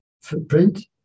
footprint